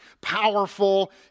powerful